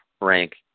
Rank